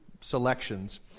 selections